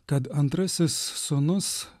kad antrasis sūnus